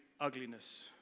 ugliness